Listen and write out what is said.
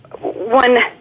one